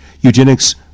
Eugenics